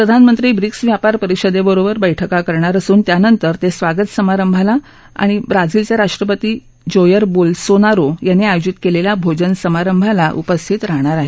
प्रधानमद्दीी BRICS व्यापार परिषदेबरोबर बैठका करणार असून त्यानत्त्त ते स्वागत समारप्तिला आणि ब्राझीलचे राष्ट्रपती जोयर बोलसोनारो यातीी आयोजित केलेल्या भोजन समारमिला उपस्थित राहणार आहेत